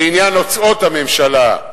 בעניין הוצאות הממשלה,